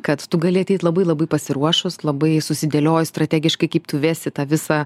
kad tu gali ateit labai labai pasiruošus labai susidėliojus strategiškai kaip tu vesi tą visą